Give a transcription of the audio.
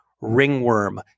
Ringworm